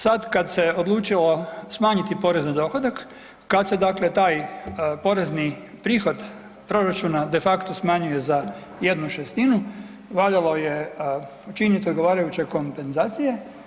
Sad kada se odlučilo smanjiti porez na dohodak, kada se dakle taj porezni prihod proračuna de facto smanjuje za 1/6 valjalo je učiniti odgovarajuće kompenzacije.